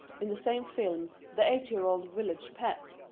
in the same film, the eight-year-old village pet,